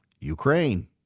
Ukraine